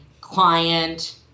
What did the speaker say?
client